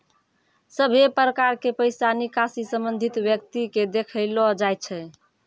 सभे प्रकार के पैसा निकासी संबंधित व्यक्ति के देखैलो जाय छै